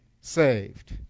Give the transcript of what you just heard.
saved